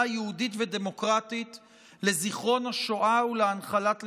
יהודית ודמוקרטית לזיכרון השואה ולהנחלת לקחיה.